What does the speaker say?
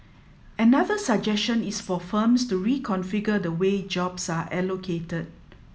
another suggestion is for firms to reconfigure the way jobs are allocated